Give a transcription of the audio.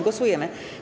Głosujemy.